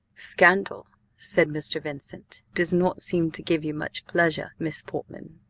scandal, said mr. vincent, does not seem to give you much pleasure, miss portman.